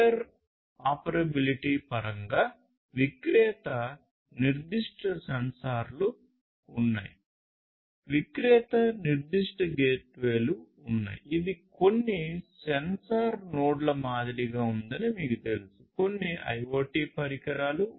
interoperability పరంగా విక్రేత నిర్దిష్ట ఎంచుకుంటాయి